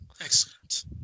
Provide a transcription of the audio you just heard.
Excellent